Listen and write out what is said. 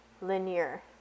linear